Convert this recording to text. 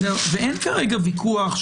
ואין כרגע ויכוח,